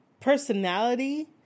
personality